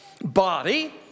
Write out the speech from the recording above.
Body